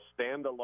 standalone